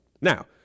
Now